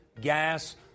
gas